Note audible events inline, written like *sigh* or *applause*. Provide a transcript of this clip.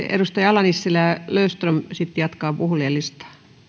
*unintelligible* edustaja ala nissilä ja sitten löfström jatkaa puhujalistaa